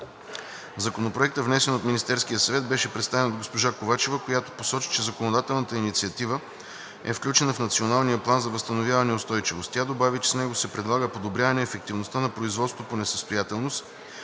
Законопроектът, внесен от Министерския съвет, беше представен от госпожа Ковачева, която посочи, че законодателната инициатива е включена в Националния план за възстановяване и устойчивост. Тя добави, че с него се предлага подобряване ефективността на производството по несъстоятелност,